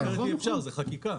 כדאי לראות לאיפה שוק הדואר הולך.